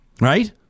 Right